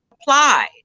applied